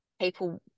people